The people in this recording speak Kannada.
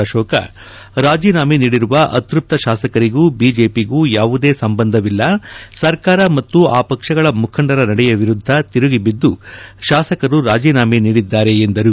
ಅಶೋಕ ರಾಜೀನಾಮೆ ನೀಡಿರುವ ಅತೃಪ್ತ ತಾಸಕರಿಗೂ ಬಿಜೆಒಗೂ ಯಾವುದೇ ಸಂಬಂಧವಿಲ್ಲ ಸರ್ಕಾರ ಮತ್ತು ಆ ಪಕ್ಷಗಳ ಮುಖಂಡರ ನಡೆಯ ವಿರುದ್ದ ತಿರುಗಿಬಿದ್ದು ಶಾಸಕರು ರಾಜೇನಾಮೆ ನೀಡಿದ್ದಾರೆ ಎಂದರು